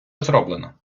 зроблено